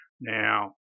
Now